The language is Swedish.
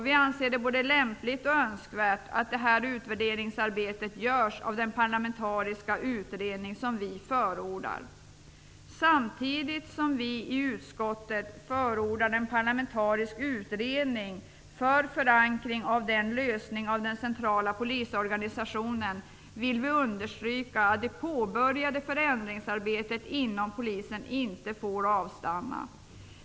Vi anser det både lämpligt och önskvärt att detta utvärderingsarbete görs av den parlamentariska utredning som utskottet förordar. Samtidigt som utskottet förordar en parlamentarisk utredning för förankring av lösningen av frågan om den centrala polisorganisationen vill vi understryka att det påbörjade förändringsarbetet inom polisen inte får avstanna.